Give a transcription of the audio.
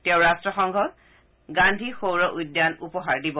তেওঁ ৰাট্টসংঘক গান্ধী সৌৰ উদ্যান উপহাৰ দিব